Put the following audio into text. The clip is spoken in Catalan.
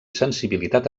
sensibilitat